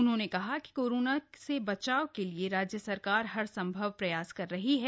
उन्होंने कहा कि कोरोना से बचाव के लिए राज्य सरकार हर सम्भव कोशिश कर रही है